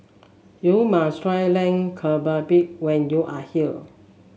you must try Lamb when you are here